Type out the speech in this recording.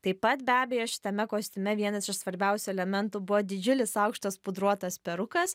taip pat be abejo šitame kostiume vienas iš svarbiausių elementų buvo didžiulis aukštas pudruotas perukas